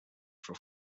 for